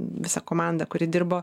visą komandą kuri dirbo